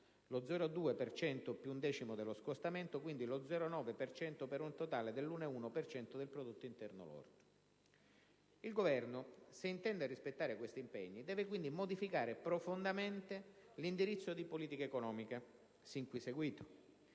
cento più un decimo dello scostamento, quindi lo 0,9 per cento per un totale dell'1,1 per cento del prodotto interno lordo). Il Governo, se intende rispettare questi impegni, deve quindi modificare profondamente l'indirizzo di politica economica sin qui seguito,